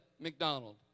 McDonald